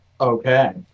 Okay